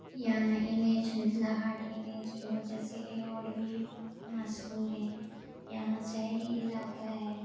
یہاں N H Mithila Haat N H کی وجہ سے اور بھی مشہور ہے یہاں شہری علاقہ ہے